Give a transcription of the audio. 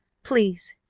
please,